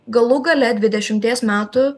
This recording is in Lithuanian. galų gale dvidešimties metų